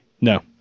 No